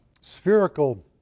spherical